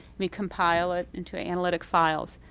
we compile it into analytic files,